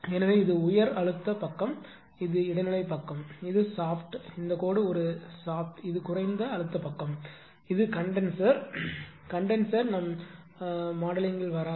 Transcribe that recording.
எனவே இது உயர் அழுத்தப் பக்கம் இது இடைநிலை பக்கம் இது சாப்ட் இந்த கோடு ஒரு சாப்ட் இது குறைந்த அழுத்தப் பக்கம் இது கன்டென்சர் கன்டென்சர் எங்கள் மாடலிங் வராது